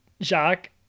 Jacques